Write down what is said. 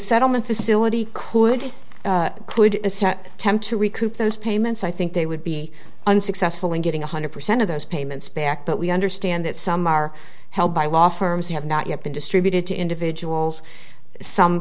settlement facility could attempt to recoup those payments i think they would be unsuccessful in getting one hundred percent of those payments back but we understand that some are held by law firms have not yet been distributed to individuals some